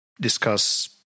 discuss